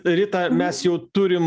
rita mes jau turim